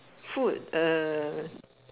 food uh